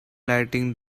lighting